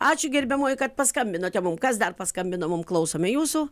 ačiū gerbiamoji kad paskambinote mum kas dar paskambino mum klausome jūsų